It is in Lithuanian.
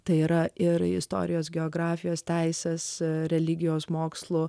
tai yra ir istorijos geografijos teisės religijos mokslo